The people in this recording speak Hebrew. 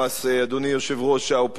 אדוני יושב-ראש האופוזיציה,